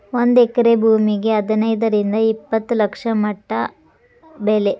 ಒಂದ ಎಕರೆ ಭೂಮಿಗೆ ಹದನೈದರಿಂದ ಇಪ್ಪತ್ತ ಲಕ್ಷ ಮಟಾ ಬೆಲೆ